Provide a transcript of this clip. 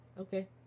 Okay